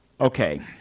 okay